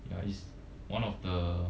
ya is one of the